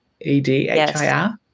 E-D-H-I-R